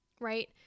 right